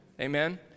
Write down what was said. amen